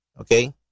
okay